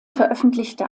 veröffentlichte